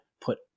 put